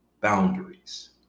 Boundaries